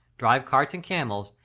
drive carts and camels,